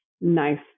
nice